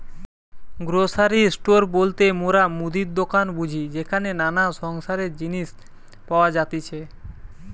grocery store বলতে মোরা মুদির দোকান বুঝি যেখানে নানা সংসারের জিনিস পাওয়া যাতিছে